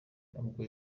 nubwo